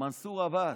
למנסור עבאס,